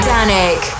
Danik